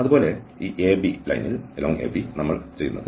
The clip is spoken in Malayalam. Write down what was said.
അതുപോലെ ഈ AB ലൈനിൽ നമ്മൾ എന്താണ് ചെയ്യുന്നത്